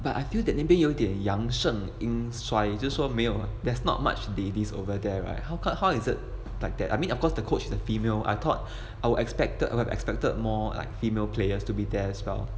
but I feel that 那边有点阳盛阴衰就是说有 there's not much ladies over there right how can how is it like that I mean of course the coach is a female I thought I would expected I would expected more like female players to be there as well